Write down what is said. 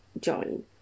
join